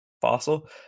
fossil